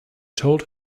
told